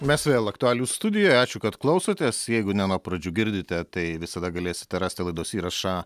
mes vėl aktualijų studijoj ačiū kad klausotės jeigu ne nuo pradžių girdite tai visada galėsite rasti laidos įrašą